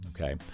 Okay